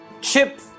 Chip